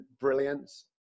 brilliance